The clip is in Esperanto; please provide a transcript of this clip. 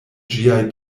ĝiaj